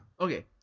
Okay